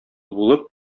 булып